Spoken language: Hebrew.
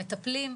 מטפלים,